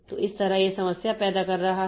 तो इस तरह यह समस्या पैदा कर रहा है